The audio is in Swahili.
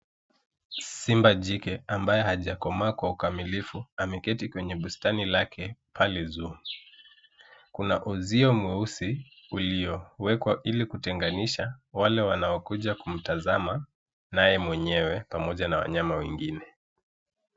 Simba jike, ambaye hajakomaa kwa ukamilifu. Ameketi kwenye bustani lake pale zoo .Kuna uzio mweusi uliowekwa ili kutenganisha wale wanaokuja kumtazama, naye mwenyewe pamoja na wanyama wengine.